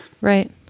Right